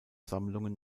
sammlungen